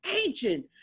ancient